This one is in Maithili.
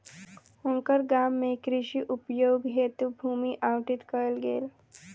हुनकर गाम में कृषि उपयोग हेतु भूमि आवंटित कयल गेल